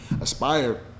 Aspire